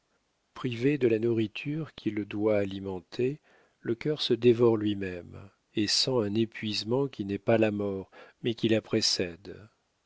privé de la nourriture qui le doit alimenter le cœur se dévore lui-même et sent un épuisement qui n'est pas la mort mais qui la précède